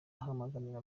ahamagarira